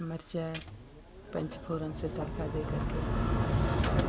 मिरचा है पचफोरन से तड़का देकर के और